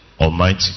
Almighty